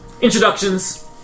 Introductions